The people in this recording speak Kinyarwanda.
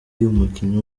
umukinnyi